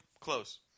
close